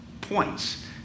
points